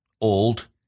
old